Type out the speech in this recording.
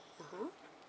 (uh huh)